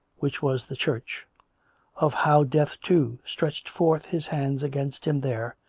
which was the church of how death, too, stretched forth his hands against him there,